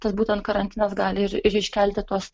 tas būtent karantinas gali ir iškelti tuos